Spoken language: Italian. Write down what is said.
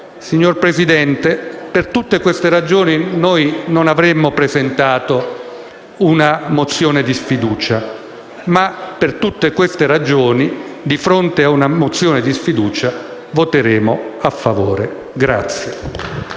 Signor Presidente, per tutte queste ragioni noi non avremmo presentato una mozione di sfiducia, ma, per tutte queste ragioni, di fronte a una mozione di sfiducia, voteremo a favore.